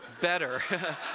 better